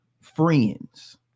friends